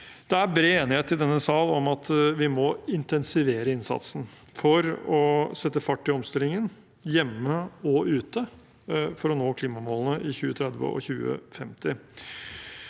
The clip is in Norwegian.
Det er bred enighet i denne sal om at vi må intensivere innsatsen for å sette fart på omstillingen, både hjemme og ute, for å nå klimamålene i 2030 og 2050.